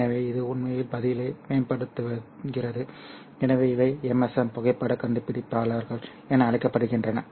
எனவே இது உண்மையில் பதிலை மேம்படுத்துகிறது எனவே இவை MSM புகைப்படக் கண்டுபிடிப்பாளர்கள் என அழைக்கப்படுகின்றன